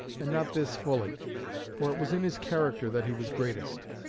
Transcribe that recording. and not this fully for it was in his character that he was greatest.